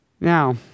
Now